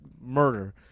murder